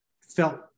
felt